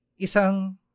isang